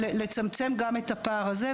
לצמצם גם את הפער הזה,